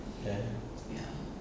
kan